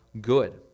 good